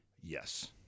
Yes